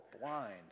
blind